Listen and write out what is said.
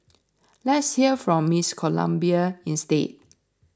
let's hear from Miss Colombia instead